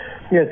Yes